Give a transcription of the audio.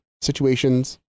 situations